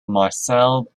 marcel